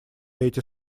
эти